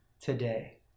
today